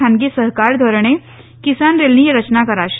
ખાનગી સહકાર ધોરણે કિસાન રેલની રચના કરાશે